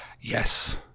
Yes